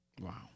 Wow